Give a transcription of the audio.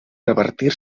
revertir